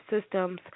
systems